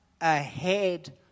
ahead